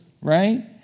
right